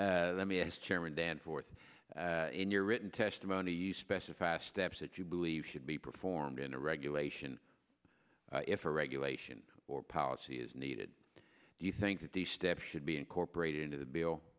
minutes let me ask chairman dan fourth in your written testimony you specify the steps that you believe should be performed in a regulation if a regulation or policy is needed do you think that these steps should be incorporated into the bill